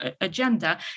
agenda